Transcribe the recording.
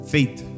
Faith